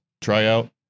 tryout